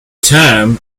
term